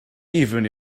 even